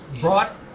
brought